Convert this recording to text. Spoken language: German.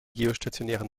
geostationären